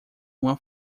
uma